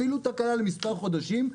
אפילו תקלה למספר חודשים,